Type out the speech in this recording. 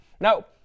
now